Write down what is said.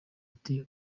ati